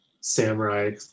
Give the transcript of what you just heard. samurai